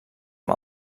amb